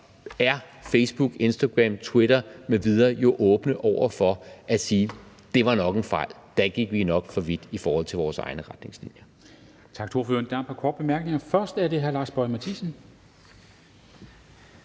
er Facebook, Instagram, Twitter osv. jo åbne over for at sige: Det var nok en fejl, dér gik vi nok for vidt i forhold til vores egne retningslinjer.